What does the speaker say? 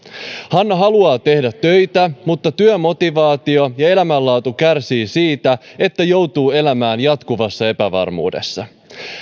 hanna haluaa tehdä töitä mutta työmotivaatio ja elämänlaatu kärsivät siitä että joutuu elämään jatkuvassa epävarmuudessa